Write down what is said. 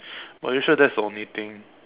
are you sure that's the only thing